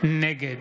נגד